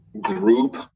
group